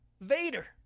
Vader